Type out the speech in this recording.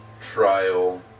trial